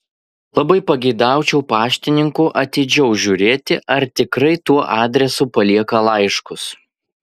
labai pageidaučiau paštininkų atidžiau žiūrėti ar tikrai tuo adresu palieka laiškus